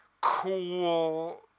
cool